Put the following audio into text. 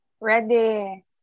Ready